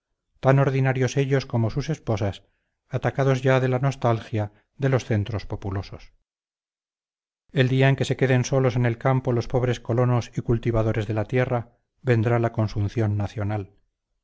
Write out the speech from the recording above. tan ordinarios ellos como sus esposas atacados ya de la nostalgia de los centros populosos el día en que se queden solos en el campo los pobres colonos y cultivadores de la tierra vendrá la consunción nacional